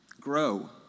Grow